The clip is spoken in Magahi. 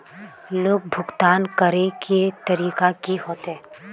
लोन भुगतान करे के तरीका की होते?